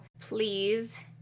please